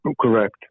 Correct